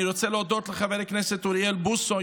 אני רוצה להודות לחבר הכנסת אוריאל בוסו,